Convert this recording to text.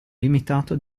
limitato